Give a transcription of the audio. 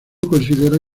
considera